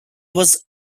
was